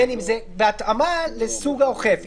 בהתאמה לסוג האוכף.